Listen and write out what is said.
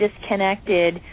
disconnected